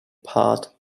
part